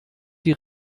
die